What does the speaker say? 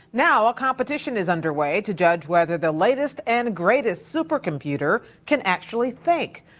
now a competition is under way to judge whether the latest and greatest supercomputer can actually think.